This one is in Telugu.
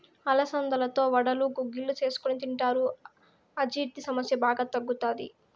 అలసందలతో వడలు, గుగ్గిళ్ళు చేసుకొని తింటారు, అజీర్తి సమస్య బాగా తగ్గుతాది